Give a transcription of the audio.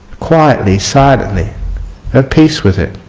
quietly silently had peace with it.